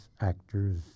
actors